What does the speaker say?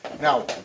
Now